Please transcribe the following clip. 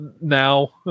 now